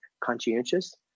conscientious